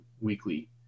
weekly